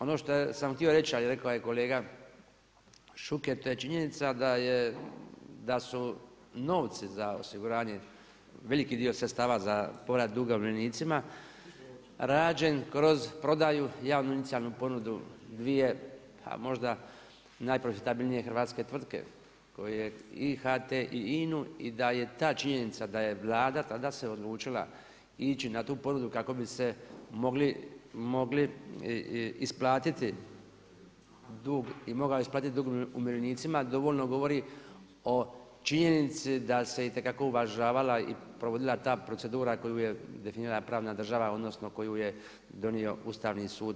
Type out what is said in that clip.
Ono što sam htio reći, ali rekao je kolega Šuker, to je činjenica da su novci za osiguranje veliki dio sredstava za povrat duga umirovljenicima, rađen kroz prodaju javnu inicijalnu ponudu, dvije, a možda najprofitabilnije hrvatske tvrtke, i HT i INA-u, i da je ta činjenica da je Vlada tada se odlučila ići na tu ponudu kako bi se mogao isplatiti dug umirovljenicima, dovoljno govori o činjenici da se itekako uvažavala i provodila ta procedura koju je definirala pravna država odnosno koju je donio Ustavni sud.